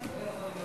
ההצעה להעביר